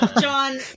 John